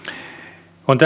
on